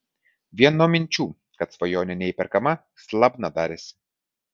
vien nuo minčių kad svajonė neįperkama slabna darėsi